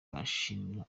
arashimira